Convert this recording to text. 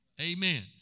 Amen